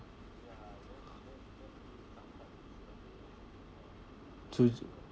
choose